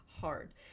hard